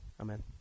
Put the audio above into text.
Amen